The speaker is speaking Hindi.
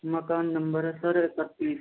मकान नंबर है सर इकत्तीस